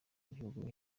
igihugu